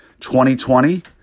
2020